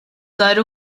żgħar